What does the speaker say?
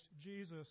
Jesus